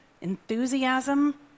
enthusiasm